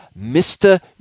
Mr